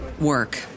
work